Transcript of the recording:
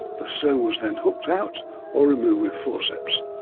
the stone was then hooked out or removed with forceps.